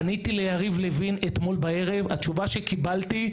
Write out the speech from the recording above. פניתי ליריב לוין אתמול בערב, התשובה שקיבלתי,